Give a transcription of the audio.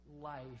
life